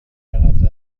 چقدر